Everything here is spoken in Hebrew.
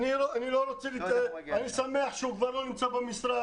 אני שמח שהוא כבר לא נמצא במשרד.